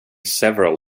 several